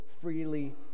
freely